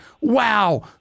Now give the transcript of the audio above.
wow